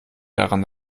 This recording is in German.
daran